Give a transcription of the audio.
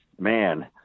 man